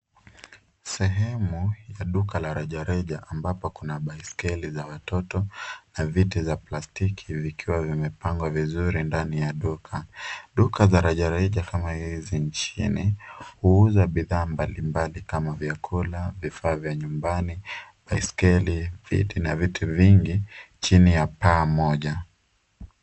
Sehemu ya duka la rejareja ambapo kuna baiskeli za watoto na viti za plastiki vikiwa vimepangwa vizuri ndani ya duka. Duka za rejareja kama hizi nchini huuza bidhaa mbalimbali kama vyakula, vifaa vya nyumbani, baiskeli, viti na viti vingi chini ya paa moja.